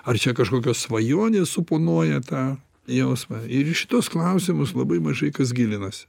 ar čia kažkokios svajonės suponuoja tą jausmą ir į šituos klausimus labai mažai kas gilinasi